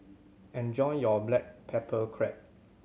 enjoy your black pepper crab